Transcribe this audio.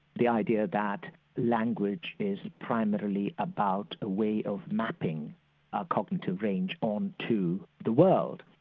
the idea that language is primarily about a way of mapping a cognitive range onto the world,